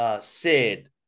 Sid